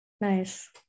Nice